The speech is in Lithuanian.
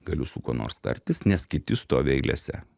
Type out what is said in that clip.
galiu su kuo nors tartis nes kiti stovi eilėse